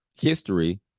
history